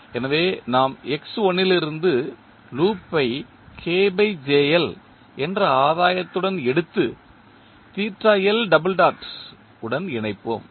எனவே நாம் லிருந்து லூப்பை என்ற ஆதாயத்துடன் எடுத்து உடன் இணைப்போம்